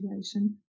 situation